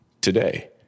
today